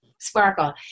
Sparkle